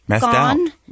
gone